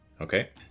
Okay